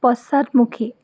পশ্চাদমুখী